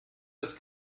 das